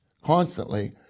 constantly